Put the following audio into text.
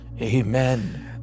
amen